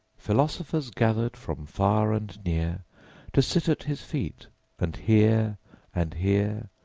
philosophers gathered from far and near to sit at his feet and hear and hear,